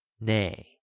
Nay